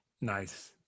Nice